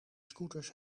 scooters